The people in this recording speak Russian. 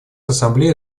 ассамблея